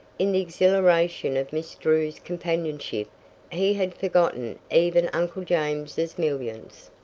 in the exhilaration of miss drew's companionship he had forgotten even uncle james's millions.